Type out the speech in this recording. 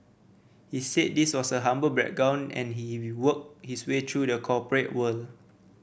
he said this was a humble background and he worked his way through the corporate world